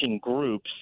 groups